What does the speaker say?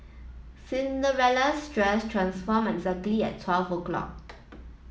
Cinderella's dress transformed exactly at twelve o'clock